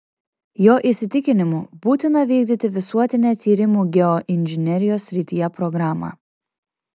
jo įsitikinimu būtina vykdyti visuotinę tyrimų geoinžinerijos srityje programą